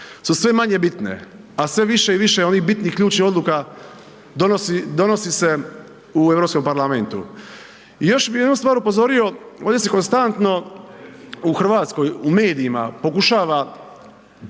su sve manje bitne, a sve više i više onih bitnih ključnih odluka donosi se u EU parlamentu. I još bih jednu stvar upozorio, ovdje se konstantno u Hrvatskoj, u medijima pokušava HS